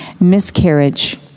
miscarriage